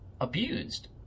abused